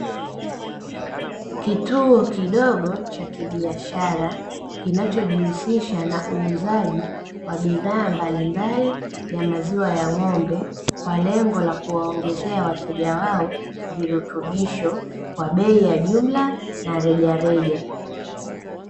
Kituo kidogo cha kibiashara kinachojihusisha na uuzaji wa bidhaa mbalimbali ya maziwa ya ng'ombe kwa lengo la kuwaongezea wateja wao virutubisho kwa bei ya jumla na rejareja.